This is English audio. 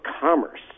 Commerce